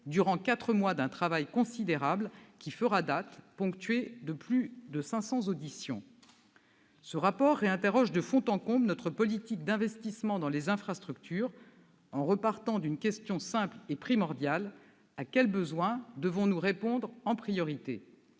durant quatre mois d'un travail considérable qui fera date, ponctué par plus de cinq cents auditions. Ce rapport réinterroge de fond en comble notre politique d'investissements dans les infrastructures, en repartant d'une question simple et primordiale : à quels besoins devons-nous répondre en priorité ?